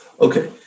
Okay